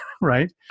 right